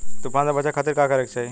तूफान से बचे खातिर का करे के चाहीं?